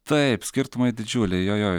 taip skirtumai didžiuliai jo jo